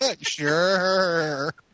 sure